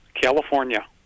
California